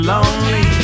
Lonely